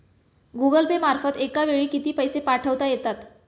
Google Pay मार्फत एका वेळी किती पैसे पाठवता येतात?